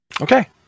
Okay